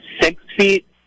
six-feet